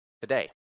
today